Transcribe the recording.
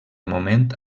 moment